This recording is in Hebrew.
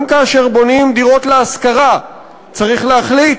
גם כאשר בונים דירות להשכרה צריך להחליט